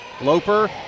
Loper